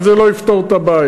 אבל זה לא יפתור את הבעיה.